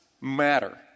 matter